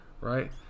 Right